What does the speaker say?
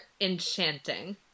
enchanting